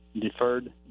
Deferred